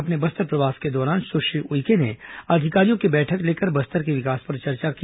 अपने बस्तर प्रवास के दौरान सुश्री उइके ने अधिकारियों की बैठक लेकर बस्तर के विकास पर चर्चा की